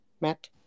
Matt